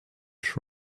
sure